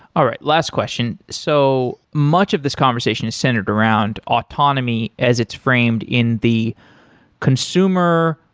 all right, last question. so much of this conversation is centered around autonomy as it's framed in the consumer,